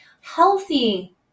healthy